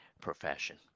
profession